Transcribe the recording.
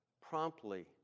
promptly